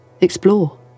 Explore